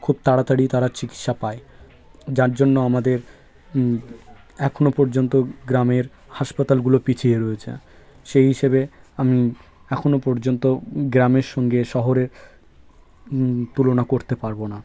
খুব তাড়াতাড়ি তারা চিকিৎসা পায় যার জন্য আমাদের এখনও পর্যন্ত গ্রামের হাসপাতালগুলো পিছিয়ে রয়েছে সেই হিসেবে আমি এখনও পর্যন্ত গ্রামের সঙ্গে শহরের তুলনা করতে পারব না